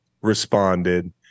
responded